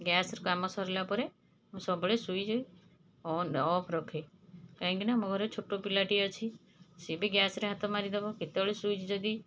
ଗ୍ୟାସ୍ର କାମ ସରିଲା ପରେ ମୁଁ ସବୁବେଳେ ସୁଇଚ୍ ଅନ୍ ଅଫ୍ ରଖେ କାହିଁକିନା ମୋର ଛୋଟ ପିଲାଟିଏ ଅଛି ସିଏ ବି ଗ୍ୟାସ୍ରେ ହାତ ମାରିଦେବ କେତେବେଳେ ସୁଇଚ୍ ଯଦି